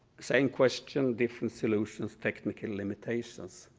same question, different solutions, technical limitations.